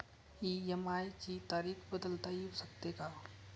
EMI ची तारीख बदलता येऊ शकते का?